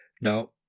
Now